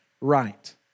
right